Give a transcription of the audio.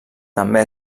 també